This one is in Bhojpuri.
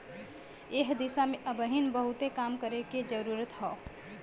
एह दिशा में अबहिन बहुते काम करे के जरुरत हौ